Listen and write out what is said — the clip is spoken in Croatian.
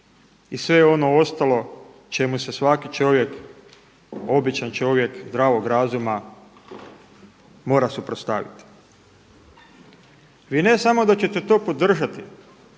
i sve ono ostalo čemu se svaki čovjek, običan čovjek zdravog razuma mora suprotstaviti. Vi ne samo da ćete to podržati